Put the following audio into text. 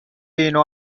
اینو